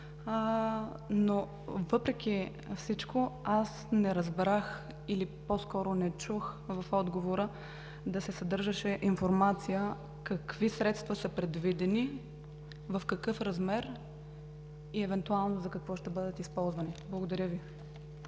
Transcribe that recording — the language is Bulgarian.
Но въпреки всичко, аз не разбрах, или по-скоро не чух, в отговора да се съдържаше информация какви средства са предвидени, в какъв размер и евентуално за какво ще бъдат използвани. Благодаря Ви.